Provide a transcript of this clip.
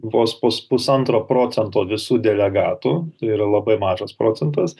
vos pus pusantro procento visų delegatų yra labai mažas procentas